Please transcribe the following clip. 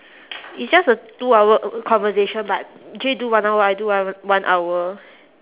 it's just a two hour conversation but actually do one hour I do one one hour